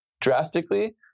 drastically